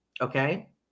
okay